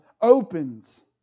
opens